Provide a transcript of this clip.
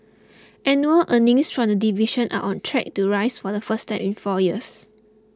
annual earnings from the division are on track to rise for the first time in four years